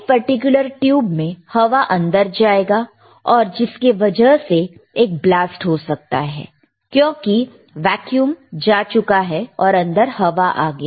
इस particular tube में हवा अंदर जाएगा और जिसके वजह से एक ब्लास्ट हो सकता है क्योंकि वैक्यूम जा चुका है और अंदर हवा आ गया